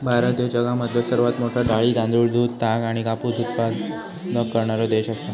भारत ह्यो जगामधलो सर्वात मोठा डाळी, तांदूळ, दूध, ताग आणि कापूस उत्पादक करणारो देश आसा